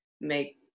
make